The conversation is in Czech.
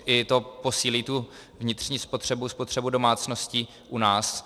I to posílí vnitřní spotřebu, spotřebu domácností u nás.